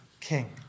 king